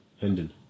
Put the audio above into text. Hendon